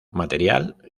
material